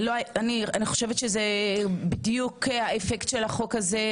אני חושבת שזה בדיוק האפקט של החוק הזה,